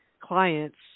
clients